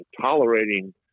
tolerating